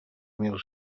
mil